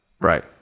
Right